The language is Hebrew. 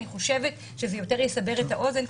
אני חושבת שזה יותר יסבר את האוזן,